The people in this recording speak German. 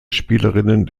spielerinnen